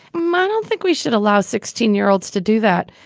man, don't think we should allow sixteen year olds to do that.